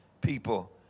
people